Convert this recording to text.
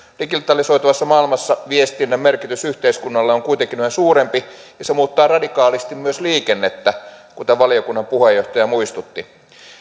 digitalisoituvassa maailmassa viestinnän merkitys yhteiskunnalle on kuitenkin yhä suurempi ja se muuttaa radikaalisti myös liikennettä kuten valiokunnan puheenjohtaja muistutti